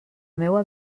meua